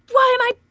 why am i?